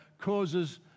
causes